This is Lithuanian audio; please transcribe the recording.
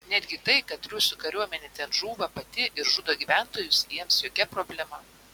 netgi tai kad rusų kariuomenė ten žūva pati ir žudo gyventojus jiems jokia problema